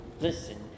Listen